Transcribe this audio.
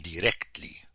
directly